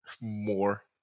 more